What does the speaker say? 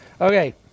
Okay